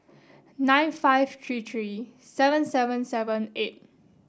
nine five three three seven seven seven eight